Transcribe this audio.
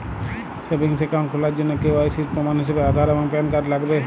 savings account খোলার জন্য KYC এর প্রমাণ হিসেবে আধার এবং প্যান কার্ড লাগবে